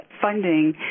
funding